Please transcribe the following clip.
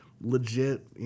legit